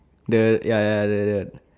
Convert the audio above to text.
the ya ya the the